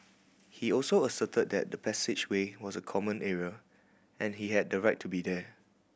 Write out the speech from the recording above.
he also asserted that the passageway was a common area and he had a right to be there